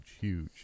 Huge